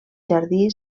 jardí